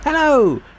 hello